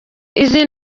izi